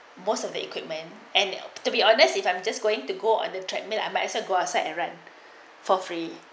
most of the equipment and to be honest if I'm just going to go on the treadmill I might as well go outside and run for free